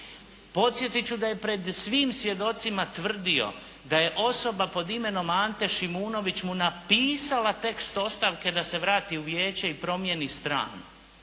Podsjetit ću da je pred svim svjedocima tvrdio, da je osoba pod imenom Ante Šimunović mu napisala tekst ostavke da se vrati u vijeće i promijeni stranu.